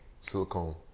Silicone